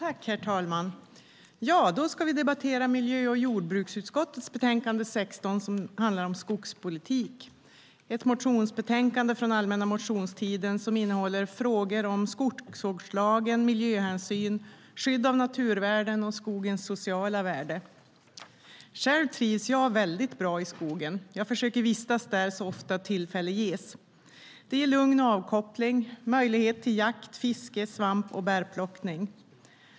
Herr talman! Då ska vi debattera miljö och jordbruksutskottets betänkande 16, som handlar om skogspolitik. Det är ett betänkande som behandlar motioner från allmänna motionstiden som innehåller frågor om skogsvårdslagen, miljöhänsyn, skydd av naturvärden och skogens sociala värde. Själv trivs jag väldigt bra i skogen och försöker vistas där så ofta tillfälle ges. Det ger lugn och avkoppling, möjlighet till jakt, fiske och svamp och bärplockning.